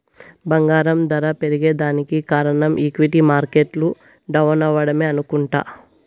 బంగారం దర పెరగేదానికి కారనం ఈక్విటీ మార్కెట్లు డౌనవ్వడమే అనుకుంట